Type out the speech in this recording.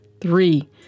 Three